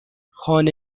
خانه